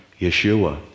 Yeshua